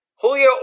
Julio